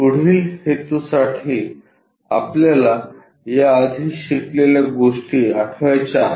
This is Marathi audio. पुढील हेतू साठी आपल्याला या आधी शिकलेल्या गोष्टी आठवायच्या आहेत